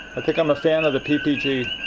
i think i'm a fan of the ppg